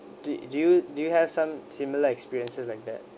do do you do you have some similar experiences like that